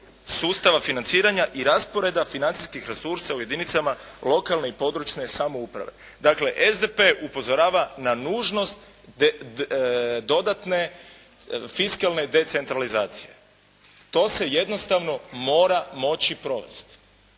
sustava financiranja i rasporeda financijskih resursa u jedinicama lokalne i područne samouprave. Dakle, SDP upozorava na nužnost dodatne fiskalne decentralizacije. To se jednostavno mora moći provesti.